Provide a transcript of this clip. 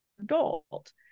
adult